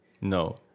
No